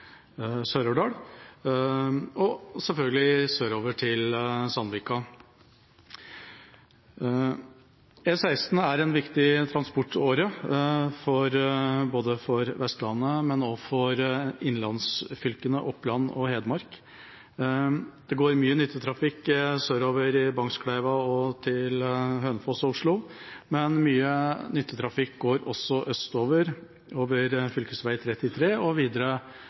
selvfølgelig sørover til Sandvika. E16 er en viktig transportåre både for Vestlandet og for innlandsfylkene Oppland og Hedmark. Det går mye nyttetrafikk sørover fra Bagnskleiva til Hønefoss og Oslo, men mye nyttetrafikk går også østover, over fv. 33 og videre